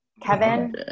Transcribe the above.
Kevin